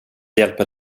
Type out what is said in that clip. hjälpa